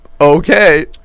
Okay